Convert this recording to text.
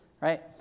right